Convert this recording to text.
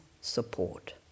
support